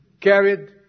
carried